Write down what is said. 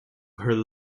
her